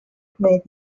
gwneud